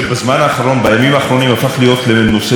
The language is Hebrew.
אני רוצה לדבר על לוסי אהריש.